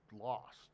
lost